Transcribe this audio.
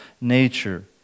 nature